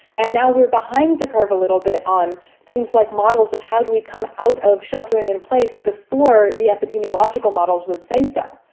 and now we're behind the curve a little bit on things like models of how do we come out of sheltering in place before the epidemiological models would say so.